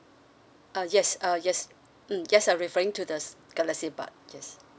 uh yes uh yes mm yes I referring to the galaxy bud yes